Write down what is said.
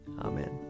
Amen